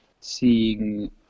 seeing